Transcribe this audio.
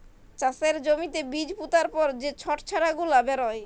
চাষের জ্যমিতে বীজ পুতার পর যে ছট চারা গুলা বেরয়